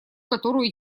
которую